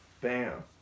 Bam